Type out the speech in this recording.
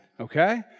okay